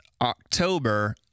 October